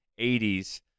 80s